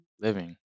living